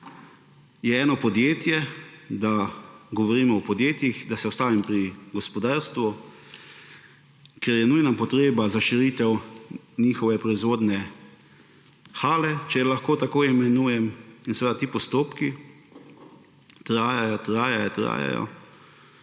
je eno podjetje, da govorimo o podjetjih, da se ustavim pri gospodarstvu, ker je nujna potreba za širitev njihove proizvodne hale, če lahko tako imenujem, in seveda ti postopki trajajo, trajajo, trajajo.